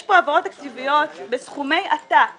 יש פה העברות תקציביות בסכומי עתק